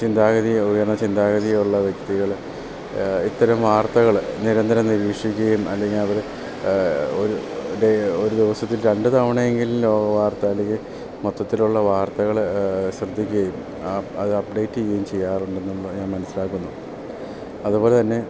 ചിന്താഗതിയും ഉയർന്ന ചിന്താഗതിയും ഉള്ള വ്യക്തികൾ ഇത്തരം വാർത്തകൾ നിരന്തരം നീരീക്ഷിക്കുകേം അല്ലെങ്കിൽ അവർ ഒരു ഡേ ഒരു ദിവസത്തിൽ രണ്ട് തവണ എങ്കിലും ലോക വാർത്ത അല്ലെങ്കിൽ മൊത്തത്തിലുള്ള വാർത്തകൾ ശ്രദ്ധിക്കുകേം അത് അപ്ഡേറ്റ് ചെയ്യും ചെയ്യാറുണ്ട് എന്നുള്ള ഞാൻ മനസ്സിലാക്കുന്നു അതുപോലെ തന്നെ